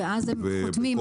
ואז הם חותמים.